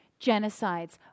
genocides